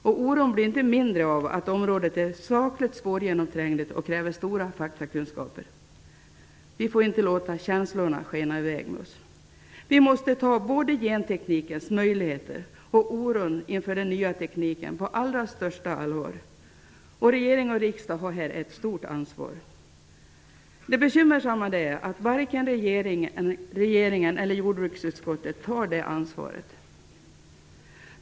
Oron blir inte mindre av att området är sakligt svårgenomträngligt och kräver stora faktakunskaper. Vi får inte låta känslorna skena i väg med oss. Vi måste ta både genteknikens möjligheter och oron inför den nya tekniken på allra största allvar. Regering och riksdag har här ett stort ansvar. Det bekymmersamma är att varken regeringen eller jordbruksutskottet tar det ansvaret.